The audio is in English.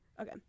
Okay